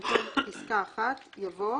במקום פסקה (1) יבוא: